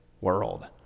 world